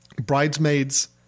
bridesmaids